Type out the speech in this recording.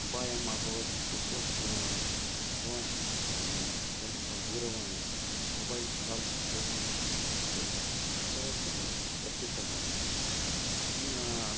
अपायः अभवत् चेत् फ़ोन् टेलिफ़ोन् दूरवाणी मोबैल् काल् करणीयमपि शक्यते तदर्थम् अत्युक्ते अत्युत्तमम् अन्यत्